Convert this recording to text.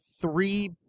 three